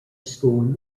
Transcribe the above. school